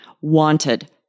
wanted